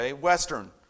Western